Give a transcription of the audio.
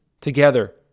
together